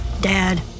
Dad